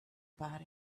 about